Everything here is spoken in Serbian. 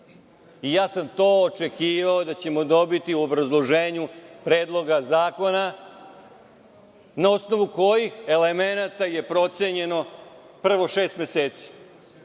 dana. Očekivao sam da ćemo to dobiti u obrazloženju Predloga zakona na osnovu kojih elemenata je procenjeno, prvo šest meseci,